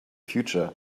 future